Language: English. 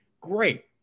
great